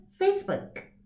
Facebook